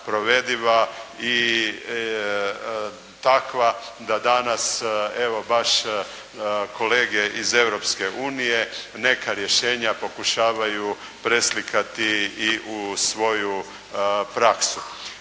provediva i takva da danas evo baš kolege iz Europske unije neka rješenja pokušavaju preslikati i u svoju praksu.